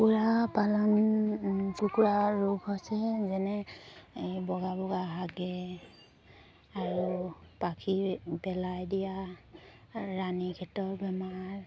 কুকুৰা পালন কুকুৰা ৰোগ হৈছে যেনে এই বগা বগা হাগে আৰু পাখি পেলাই দিয়া ৰাণী খেতৰ বেমাৰ